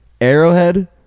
Arrowhead